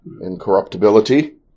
incorruptibility